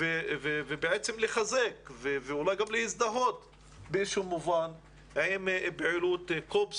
ולחזק ואולי גם להזדהות באיזשהו מובן עם פעילות כה פסולה,